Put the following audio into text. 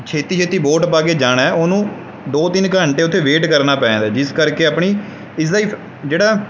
ਛੇਤੀ ਛੇਤੀ ਵੋਟ ਪਾ ਕੇ ਜਾਣਾ ਉਹਨੂੰ ਦੋ ਤਿੰਨ ਘੰਟੇ ਉੱਥੇ ਵੇਟ ਕਰਨਾ ਪੈ ਜਾਂਦਾ ਜਿਸ ਕਰਕੇ ਆਪਣੀ ਇਸਦਾ ਹੀ ਜਿਹੜਾ